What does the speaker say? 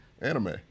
Anime